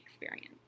experience